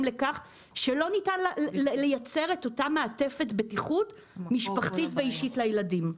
לכך שלא ניתן לייצר את אותה מעטפת בטיחות משפחתית ואישית לילדים.